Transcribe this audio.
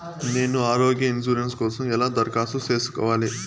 నేను ఆరోగ్య ఇన్సూరెన్సు కోసం ఎలా దరఖాస్తు సేసుకోవాలి